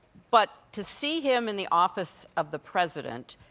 but to see him in the office of the president,